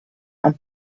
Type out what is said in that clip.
and